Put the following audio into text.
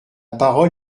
parole